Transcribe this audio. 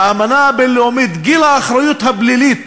באמנה הבין-לאומית, גיל האחריות הפלילית